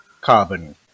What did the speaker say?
carbon